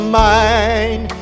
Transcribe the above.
mind